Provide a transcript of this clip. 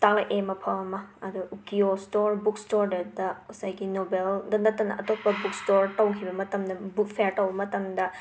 ꯇꯥꯛꯂꯛꯑꯦ ꯃꯐꯝ ꯑꯃ ꯑꯗꯣ ꯎꯀꯤꯌꯣ ꯁ꯭ꯇꯣꯔ ꯕꯨꯛ ꯁ꯭ꯇꯣꯔꯗꯨꯗ ꯉꯁꯥꯏꯒꯤ ꯅꯣꯕꯦꯜꯗ ꯅꯠꯇꯅ ꯑꯇꯣꯞꯄ ꯕꯨꯛ ꯁ꯭ꯇꯣꯔ ꯇꯧꯈꯤꯕ ꯃꯇꯝꯗ ꯕꯨꯛ ꯐꯦꯔ ꯇꯧꯕ ꯃꯇꯝꯗ